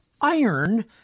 iron